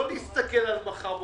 לא להסתכל על מחר בבוקר.